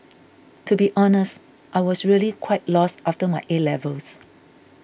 to be honest I was really quite lost after my A levels